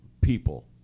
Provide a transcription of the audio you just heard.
people